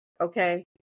Okay